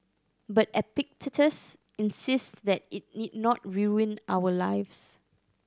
but Epictetus insists that it need not ruin our lives